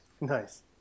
Nice